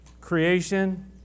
Creation